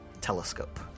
telescope